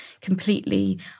completely